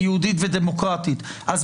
טוב שאתה לפחות את הדבר הזה --- אבל